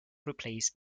replace